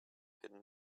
hidden